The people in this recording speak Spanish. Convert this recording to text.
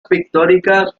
pictórica